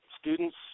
students